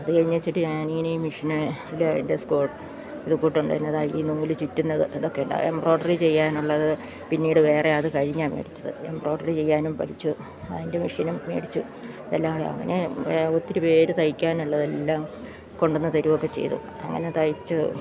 അത് കഴിഞ്ഞിട്ട് ഞാൻ ഇങ്ങന ഈ മെഷീന് ഡെസ്റ്റ് സ്കോട്ട് ഇതു കൂട്ടേണ്ടി വരുന്നതായി ഈ നൂല് ചുറ്റുന്നത് ഇതൊക്കെയുണ്ട് എംബ്രോയിഡറി ചെയ്യാനുള്ളത് പിന്നീട് വേറെ അത് കഴിഞ്ഞാൽ മേടിച്ചത് എംബ്രോഡറി ചെയ്യാനും പഠിച്ചു അതിൻ്റെ മെഷീനും മേടിച്ചു എല്ലാം അങ്ങനെ ഒത്തിരി പേർ തയ്ക്കാനുള്ളതെല്ലാം കൊണ്ടുവന്ന് തരികയൊക്കെ ചെയ്തു അങ്ങനെ തയ്ച്ച്